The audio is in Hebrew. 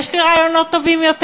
יש לי רעיונות טובים יותר.